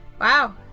Wow